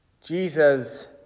Jesus